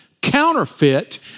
counterfeit